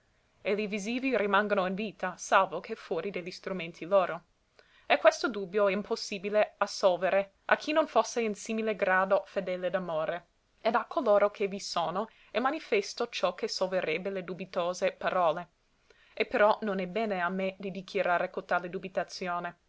li visivi rimangono in vita salvo che fuori de li strumenti loro e questo dubbio è impossibile a solvere a chi non fosse in simile grado fedele d'amore ed a coloro che vi sono è manifesto ciò che solverebbe le dubitose parole e però non è bene a me di dichiarare cotale dubitazione